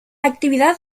actividad